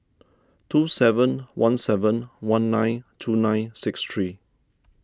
two seven one seven one nine two nine six three